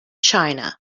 china